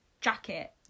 jacket